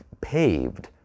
paved